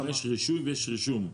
יש רישוי ויש רישום.